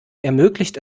ermöglicht